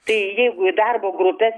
tai jeigu į darbo grupes